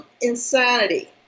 insanity